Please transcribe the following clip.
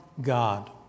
God